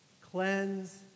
Cleanse